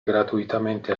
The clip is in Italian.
gratuitamente